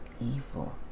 evil